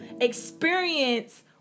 experience